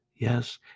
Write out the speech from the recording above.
Yes